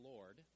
Lord